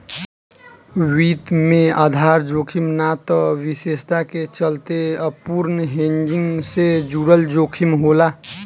वित्त में आधार जोखिम ना त विशेषता के चलते अपूर्ण हेजिंग से जुड़ल जोखिम होला